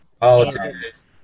politics